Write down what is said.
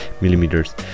millimeters